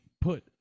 put